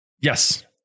Yes